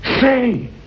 Say